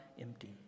empty